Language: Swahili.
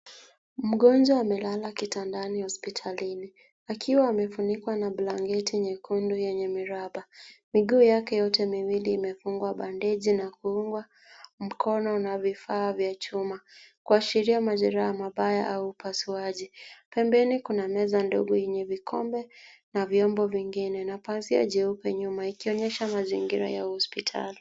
Mgonjwa amelala kitandani hospitalini, akiwa amefunikwa na blanketi nyekundu yenye miraba. Miguu yake yote miwili imefungwa bandeji na kuungwa mkono na vifaa vya chuma, kuashiria mazingira mabaya au upasuaji. Pembeni kuna meza ndogo yenye vikombe na vyombo vingine na pazia jeupe nyuma, ikionyesha mazingira ya hospitali.